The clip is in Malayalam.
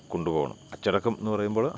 കൊണ്ടുപോകണം അച്ചടക്കം എന്നു പറയുമ്പോൾ